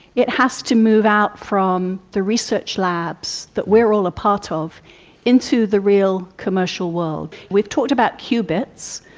it has to move out from the research labs that we are all a part of into the real commercial world. we've talked about qubits,